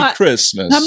Christmas